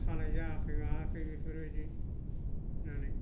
खानाय जायाखै मायाखै बेफोरबादि